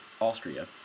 Austria